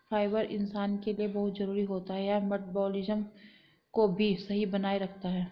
fibre इंसान के लिए बहुत जरूरी होता है यह मटबॉलिज़्म को भी सही बनाए रखता है